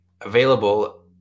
available